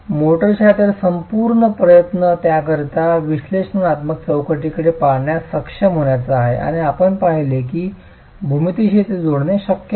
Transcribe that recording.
mortar च्या तर संपूर्ण प्रयत्न त्याकरिता विश्लेषणात्मक चौकटीकडे पाहण्यात सक्षम होण्याचा आहे आणि आपण पाहिले आहे की भूमितीशी ते जोडणे शक्य आहे